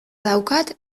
daukat